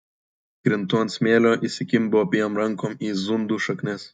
krintu ant smėlio įsikimbu abiem rankom į zundų šaknis